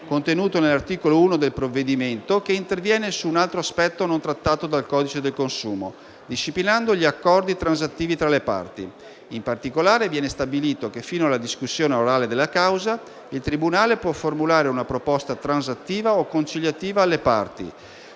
contenuto nell'articolo 1 del provvedimento, che interviene su un altro aspetto non trattato dal codice del consumo, disciplinando gli accordi transattivi tra le parti. In particolare, viene stabilito che fino alla discussione orale della causa, il tribunale può formulare una proposta transattiva o conciliativa alle parti.